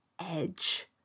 edge